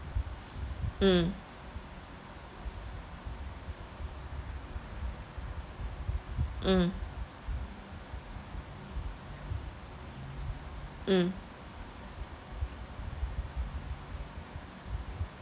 mm mm mm